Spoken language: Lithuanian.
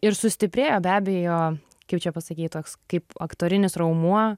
ir sustiprėjo be abejo kaip čia pasakyt toks kaip aktorinis raumuo